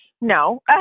No